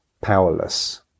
powerless